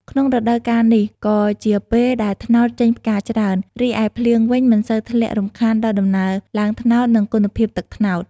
ក្នុងរដូវកាលនេះ ក៏ជាពេលដែលត្នោតចេញផ្កាច្រើន រីឯភ្លៀងវិញ មិនសូវធ្លាក់រំខានដល់ដំណើរឡើងត្នោត និងគុណភាពទឹកត្នោត។